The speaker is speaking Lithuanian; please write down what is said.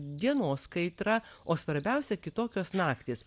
dienos kaitra o svarbiausia kitokios naktys